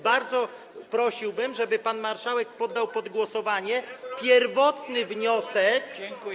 Bardzo prosiłbym, żeby pan marszałek poddał pod głosowanie pierwotny wniosek.